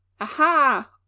aha